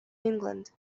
england